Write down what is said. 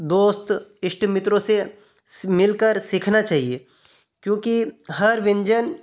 दोस्त इष्ट मित्रों से मिलकर सीखना चाहिए क्योंकि हर व्यंजन